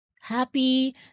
Happy